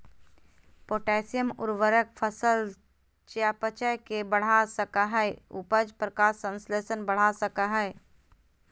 potassium उर्वरक फसल चयापचय के बढ़ा सकई हई, उपज, प्रकाश संश्लेषण बढ़ा सकई हई